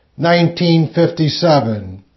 1957